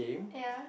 ya